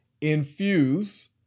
infuse